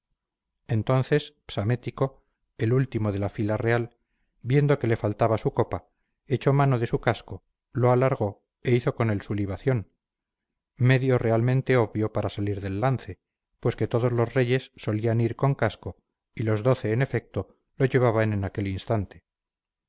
entonces psamético el último de la fila real viendo que le faltaba su copa echó mano de su casco lo alargó e hizo con él su libación medio realmente obvio para salir del lance pues que todos los reyes solían ir con casco y los doce en efecto lo llevaban en aquel instante